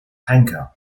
henker